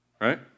Right